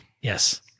Yes